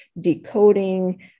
decoding